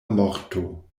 morto